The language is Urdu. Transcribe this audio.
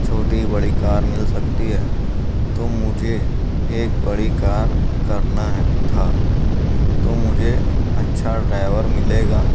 چھوٹی بڑی کار مل سکتی ہے تو مجھے ایک بڑی کار کرنا ہے تھا تو مجھے اچھا ڈرائیور ملے گا